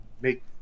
make